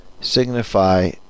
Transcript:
signify